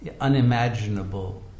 unimaginable